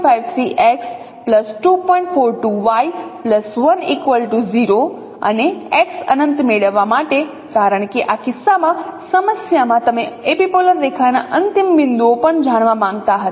42y 1 0 અને x અનંત મેળવવા માટે કારણ કે આ કિસ્સામાં સમસ્યા માં તમે એપિપોલર રેખાના અંતિમ બિંદુઓ પણ જાણવા માંગતા હતા